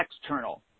external